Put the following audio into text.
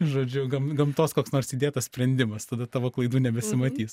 žodžiu gam gamtos koks nors įdėtas sprendimas tada tavo klaidų nebesimatys